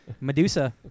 Medusa